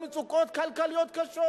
במצוקות כלכליות קשות.